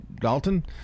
Dalton